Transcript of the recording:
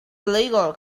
illegal